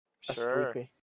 Sure